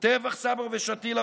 טבח סברה ושתילה,